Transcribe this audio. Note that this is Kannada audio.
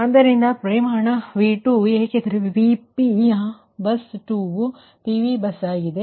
ಆದ್ದರಿಂದ ಪರಿಮಾಣ V2 ಏಕೆಂದರೆ V p ಯ ಬಸ್ 2 ವು PV ಬಸ್ ಆಗಿದೆ